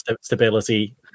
stability